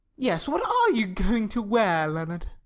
yes, what are you going to wear, leonard?